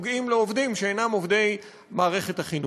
שנוגעים בעובדים שאינם עובדי מערכת החינוך.